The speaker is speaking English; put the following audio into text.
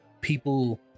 people